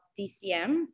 DCM